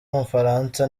w’umufaransa